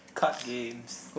card games